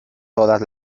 todas